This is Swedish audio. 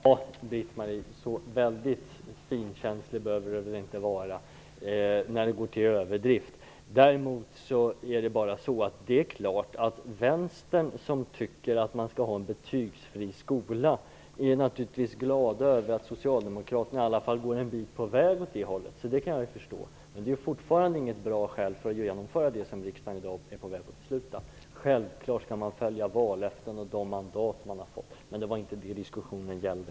Herr talman! Så väldigt finkänslig behöver väl inte Britt-Marie Danestig-Olofsson vara. Det går till överdrift. Vänstern tycker att vi skall ha en betygsfri skola och därför är man naturligtvis glad över att Socialdemokraterna i alla fall går en bit på väg åt det hållet. Det kan jag förstå. Det är dock fortfarande inget bra skäl för att genomföra det som riksdagen i dag är på väg att fatta beslut om. Självfallet skall man följa vallöftena och de mandat man har fått, men det var inte det diskussionen gällde.